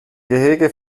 gehege